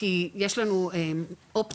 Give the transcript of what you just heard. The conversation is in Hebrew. כי יש לנו אופציה,